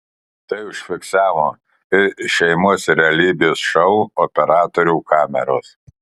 tai užfiksavo ir šeimos realybės šou operatorių kameros